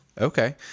Okay